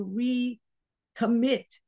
recommit